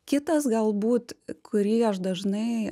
kitas galbūt kurį aš dažnai